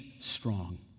strong